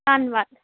ਧੰਨਵਾਦ